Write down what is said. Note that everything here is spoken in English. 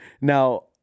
now